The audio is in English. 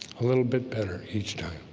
a little bit better each time